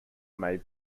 may